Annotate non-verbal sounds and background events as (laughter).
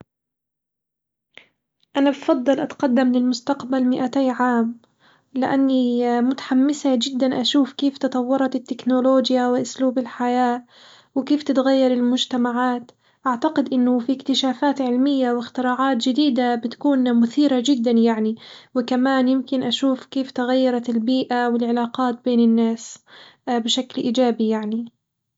أنا بفضل أتقدم للمستقبل مائتي عام، لأني متحمسة جدًا أشوف كيف تطورت التكنولوجيا وأسلوب الحياة وكيف تتغير المجتمعات، أعتقد إنه في اكتشافات علمية واختراعات جديدة بتكون مثيرة جدًا يعني، وكمان يمكن أشوف كيف تغيرت البيئة والعلاقات بين الناس (hesitation) بشكل إيجابي يعني.